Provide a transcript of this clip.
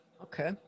Okay